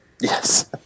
Yes